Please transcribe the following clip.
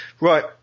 right